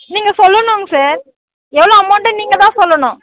நீங்கள் சொல்லணுங்க சார் எவ்வளோ அமௌண்ட்டுன்னு நீங்கள்தான் சொல்லணும்